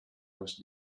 was